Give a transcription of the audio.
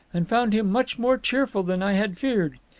and found him much more cheerful than i had feared.